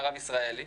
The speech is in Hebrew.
מירב ישראלי,